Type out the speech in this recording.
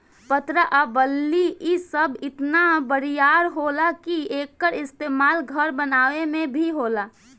पटरा आ बल्ली इ सब इतना बरियार होला कि एकर इस्तमाल घर बनावे मे भी होला